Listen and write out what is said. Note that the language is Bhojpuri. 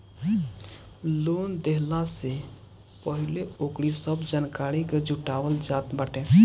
लोन देहला से पहिले ओकरी सब जानकारी के जुटावल जात बाटे